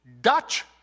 Dutch